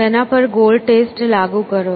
તેના પર goal test લાગુ કરો